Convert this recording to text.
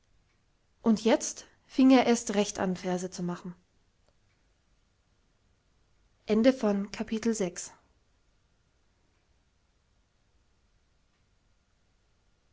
und jetzt fing er erst recht an verse zu machen